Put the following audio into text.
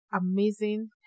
amazing